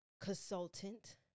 consultant